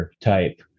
type